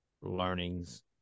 learnings